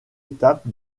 étape